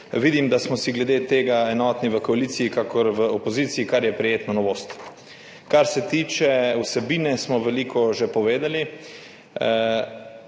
Vidim, da smo si glede tega enotni tako v koaliciji kakor v opoziciji, kar je prijetna novost. Kar se tiče vsebine smo veliko že povedali.